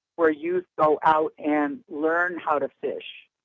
where youth go out and learn how to fish,